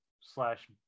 slash